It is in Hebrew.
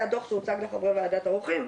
אבל היה דו"ח שהוצג בוועדת העורכים,